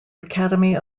academy